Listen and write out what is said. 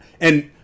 and-